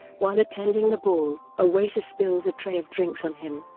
while attending the ball, a waiter spills a tray of drinks on him